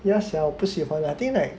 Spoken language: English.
要想我不喜欢 I think like